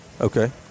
Okay